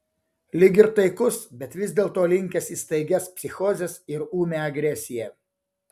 lyg ir taikus bet vis dėlto linkęs į staigias psichozes ir ūmią agresiją